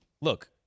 Look